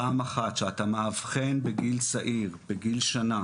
פעם אחת שאתה מאבחן בגיל צעיר בגיל שנה